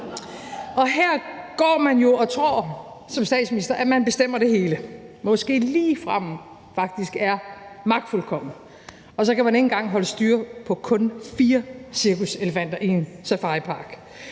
Og her går man jo som statsminister og tror, at man bestemmer det hele, måske ligefrem faktisk er magtfuldkommen – og så kan man ikke engang holde styr på kun fire cirkuselefanter i en safaripark.